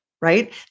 right